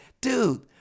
dude